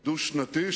דו-שנתי,